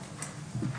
רבה.